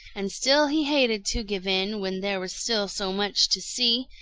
and still he hated to give in when there was still so much to see.